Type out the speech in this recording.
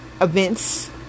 events